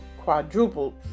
quadrupled